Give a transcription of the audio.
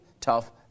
tough